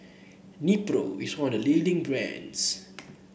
Nepro is one of the leading brands